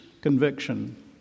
conviction